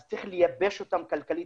אז צריך לייבש אותם כלכלית,